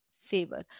favor